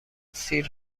سیر